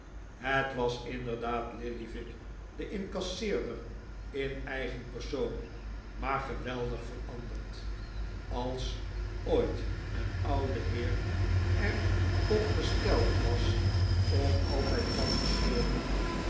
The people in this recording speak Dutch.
het was inderdaad lillyvick de incasseerder in eigen persoon maar geweldig veranderd als ooit een oude heer er op gesteld was om altijd